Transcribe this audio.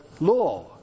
law